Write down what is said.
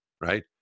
right